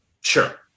sure